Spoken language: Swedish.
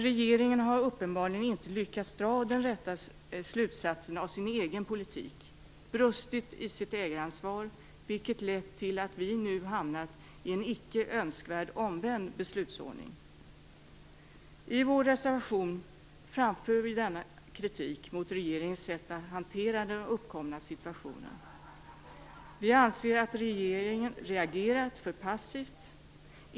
Regeringen har uppenbarligen inte lyckats dra de rätta slutsatserna av sin egen politik och har brustit i sitt ägaransvar, vilket lett till att vi nu har hamnat i en icke önskvärd omvänd beslutsordning. I vår reservation framför vi denna kritik mot regeringens sätt att hantera den uppkomna situationen. Vi anser att regeringen har reagerat för passivt.